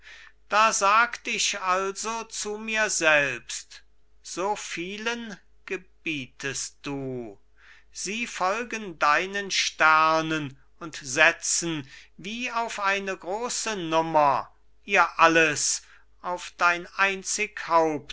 da sagt ich also zu mir selbst so vielen gebietest du sie folgen deinen sternen und setzen wie auf eine große nummer ihr alles auf dein